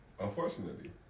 Unfortunately